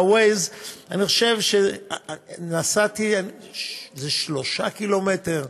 עם Waze אני חושב שנסעתי איזה 3 קילומטר,